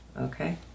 Okay